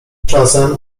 czasem